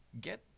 get